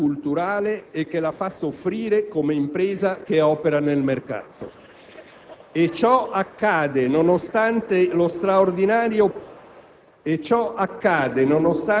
che limita la vitalità culturale e che la fa soffrire come impresa che opera nel mercato. E ciò accade nonostante lo straordinario